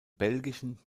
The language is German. belgischen